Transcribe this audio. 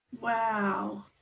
Wow